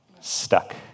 stuck